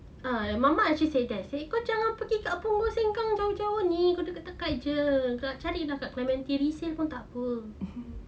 ah mama actually said that she say kau jangan pergi dekat tu sengkang jauh-jauh ni kau dekat-dekat jer dari lah dekat clementi resale pun tak apa